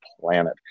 planet